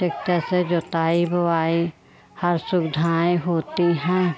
tractor से जोताई बोवाई हर सुविधाएँ होती हैं